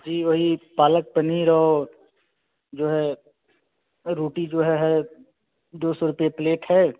जी वही पालक पनीर और जो है रोटी जो है है दो सौ रुपये प्लेट है